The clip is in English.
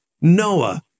Noah